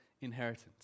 inheritance